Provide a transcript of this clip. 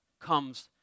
comes